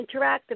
interactive